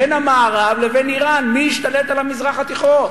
בין המערב לבין אירן, מי ישתלט על המזרח התיכון,